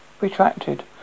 retracted